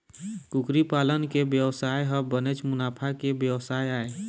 कुकरी पालन के बेवसाय ह बनेच मुनाफा के बेवसाय आय